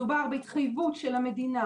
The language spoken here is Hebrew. מדובר בהתחייבות של המדינה,